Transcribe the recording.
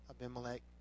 Abimelech